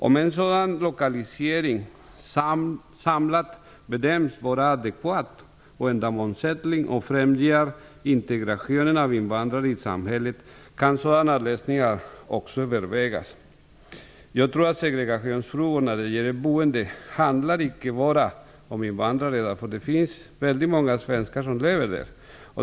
Om en sådan lokalisering samlat bedöms vara adekvat och ändamålsenlig och främjar integrationen av invandrare i samhället kan sådana lösningar också övervägas." Jag tror att segregationsfrågor när det gäller boendet icke bara handlar om invandrare, därför att väldigt många svenskar lever i samma område.